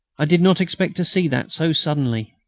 i did not expect to see that so suddenly.